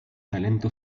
talento